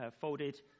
folded